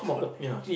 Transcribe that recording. ya